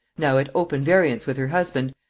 now at open variance with her husband,